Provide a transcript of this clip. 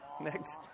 Next